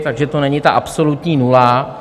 Takže to není ta absolutní nula.